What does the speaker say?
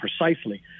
precisely